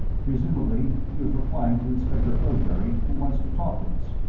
presumably he is replying to inspector aylesbury who wants to talk to us.